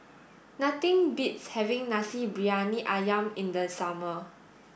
nothing beats having Nasi Briyani Ayam in the summer